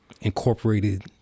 incorporated